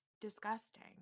disgusting